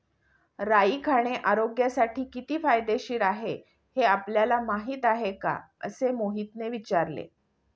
राई खाणे आरोग्यासाठी किती फायदेशीर आहे हे आपल्याला माहिती आहे का? असे मोहितने विचारले